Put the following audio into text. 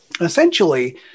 Essentially